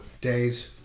days